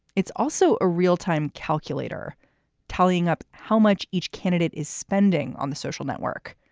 it's also a real-time calculator tallying up how much each candidate is spending on the social network.